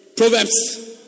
Proverbs